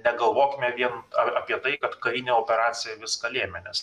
negalvokime vien apie tai kad karinė operacija viską lėmė nes